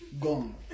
gone